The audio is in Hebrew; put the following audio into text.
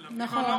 בתל אביב, אבל לא